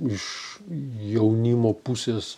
iš jaunimo pusės